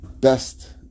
best